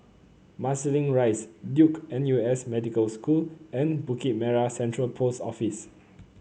Marsiling Rise Duke N U S Medical School and Bukit Merah Central Post Office